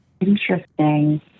interesting